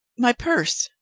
my purse?